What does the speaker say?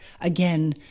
again